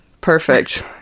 Perfect